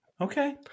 Okay